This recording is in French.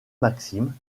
maxime